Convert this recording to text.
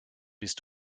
bist